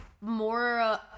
more